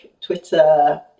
twitter